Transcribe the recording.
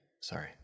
Sorry